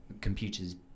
computer's